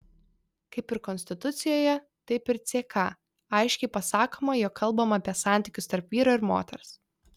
kaip ir konstitucijoje taip ir ck aiškiai pasakoma jog kalbama apie santykius tarp vyro ir moters